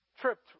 tripped